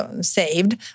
saved